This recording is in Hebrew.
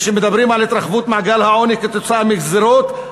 כשמדברים על התרחבות מעגל העוני כתוצאה מגזירות,